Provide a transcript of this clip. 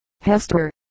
Hester